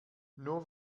nur